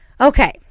Okay